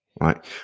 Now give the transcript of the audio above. Right